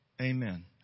amen